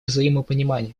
взаимопонимания